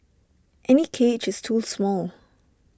any cage is too small